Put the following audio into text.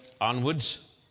onwards